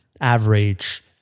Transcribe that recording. average